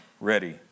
ready